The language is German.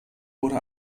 wurde